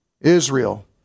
Israel